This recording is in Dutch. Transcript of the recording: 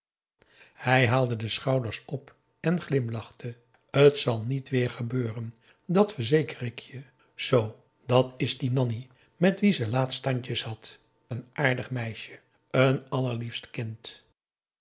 hij haalde de schouders op en glimlachte t zal niet weêr gebeuren dàt verzeker ik je zoo dat is die nanni met wie ze laatst standjes had n aardig meisje n allerliefst kind